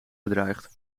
bedreigt